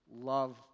love